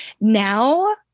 Now